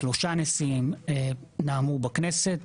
שלושה נשיאים נאמו בכנסת,